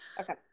Okay